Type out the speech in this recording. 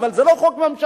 אבל זה לא חוק ממשלתי,